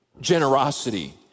generosity